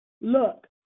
look